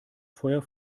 feuer